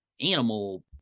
animal